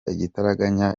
igitaraganya